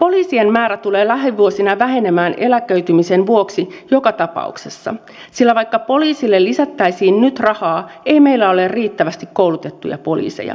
poliisien määrä tulee lähivuosina vähenemään eläköitymisen vuoksi joka tapauksessa sillä vaikka poliisille lisättäisiin nyt rahaa ei meillä ole riittävästi koulutettuja poliiseja